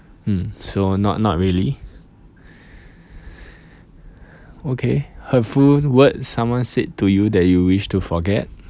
mm so not not really okay hurtful words someone said to you that you wish to forget